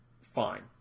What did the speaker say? fine